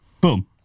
Boom